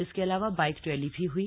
इसके अलावा bike rally भी हई